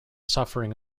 suffering